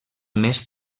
més